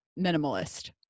minimalist